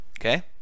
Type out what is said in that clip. okay